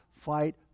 fight